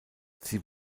sie